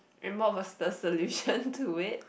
and what was the solution to it